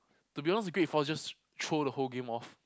to be honest the grade four just throw the whole game off